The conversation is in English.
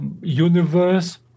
universe